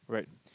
right